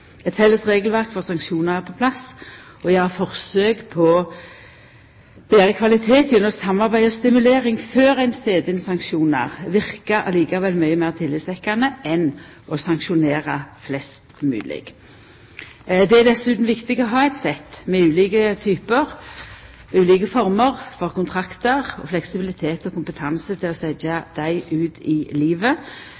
Eit felles regelverk for sanksjonar er på plass. Å gjera forsøk på å betra kvalitet gjennom samarbeid og stimulering før ein set inn sanksjonar, verkar likevel mykje meir tillitsvekkjande enn å sanksjonera flest mogleg. Det er dessutan viktig å ha eit sett med ulike former for kontraktar og fleksibilitet og kompetanse til å